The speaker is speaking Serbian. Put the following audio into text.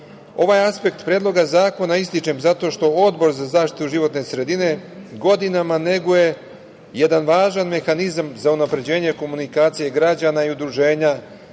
aspekt Predloga zakona ističem zato što Odbor za zaštitu životne sredine godinama neguje jedan važan mehanizam za unapređenje komunikacije građana i udruženja